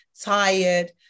tired